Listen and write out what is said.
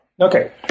Okay